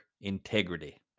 integrity